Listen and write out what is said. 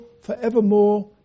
forevermore